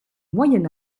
moyen